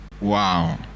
Wow